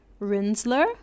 Rinsler